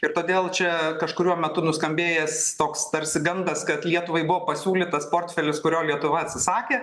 ir todėl čia kažkuriuo metu nuskambėjęs toks tarsi gandas kad lietuvai buvo pasiūlytas portfelis kurio lietuva atsisakė